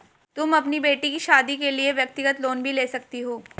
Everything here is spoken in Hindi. तुम अपनी बेटी की शादी के लिए व्यक्तिगत लोन भी ले सकती हो